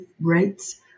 rates